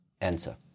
answer